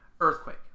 earthquake